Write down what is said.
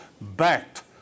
backed